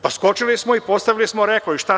Pa, skočili smo i postavili smo rekord i šta sad?